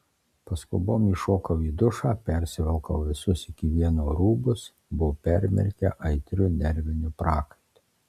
paskubom įšokau į dušą persivilkau visus iki vieno rūbus buvo permirkę aitriu nerviniu prakaitu